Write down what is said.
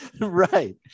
Right